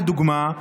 לדוגמה,